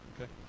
Okay